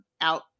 out